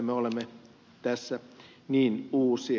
me olemme tässä niin uusia